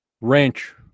ranch